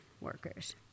workers